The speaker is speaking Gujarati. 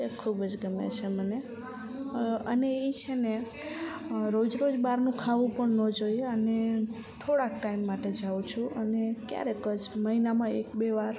તે ખૂબ જ ગમે છે મને અને એ છેને રોજ રોજ બારનું ખાવું પણ ન જોઈએ અને થોડાક ટાઈમ માટે જાવું છું અને ક્યારેક જ મહિનામાં એક બે વાર